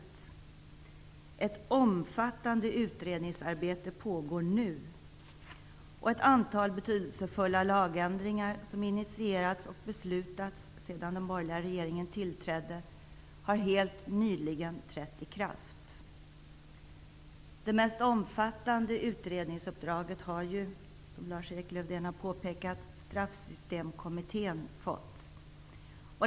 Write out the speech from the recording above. Det pågår ett omfattande utredningsarbete även nu, och ett antal betydelsefulla lagändringar som initierats och beslutats sedan den borgerliga regeringen tillträdde har helt nyligen trätt i kraft. Det mest omfattande utredningsuppdraget har ju -- som Lars-Erik Lövdén påpekade -- Straffsystemkommittén fått.